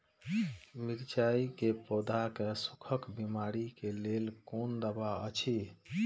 मिरचाई के पौधा के सुखक बिमारी के लेल कोन दवा अछि?